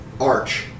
arch